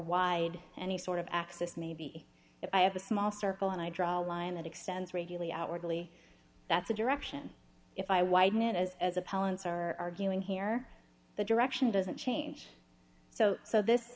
wide any sort of axis maybe if i have a small circle and i draw a line that extends regularly outwardly that's a direction if i widen it as appellants are doing here the direction doesn't change so so this